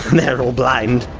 all blind!